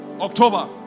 October